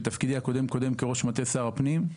בתפקידי הקודם-קודם כראש מטה שר הפנים,